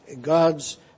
God's